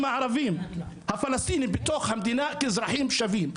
הערבים הפלסטינים בתוך המדינה כאזרחים שווים,